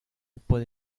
puede